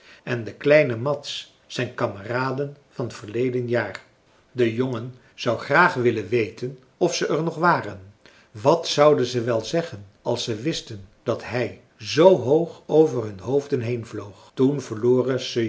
en de kleine mads zijn kameraden van verleden jaar de jongen zou graag willen weten of ze er nog waren wat zouden ze wel zeggen als ze wisten dat hij zoo hoog over hun hoofden heen vloog toen verloren